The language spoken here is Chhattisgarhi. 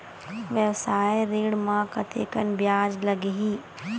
व्यवसाय ऋण म कतेकन ब्याज लगही?